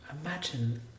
Imagine